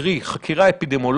קרי, חקירה אפידמיולוגית,